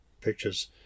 pictures